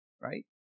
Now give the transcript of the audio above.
Right